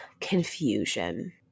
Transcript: confusion